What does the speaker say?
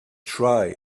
try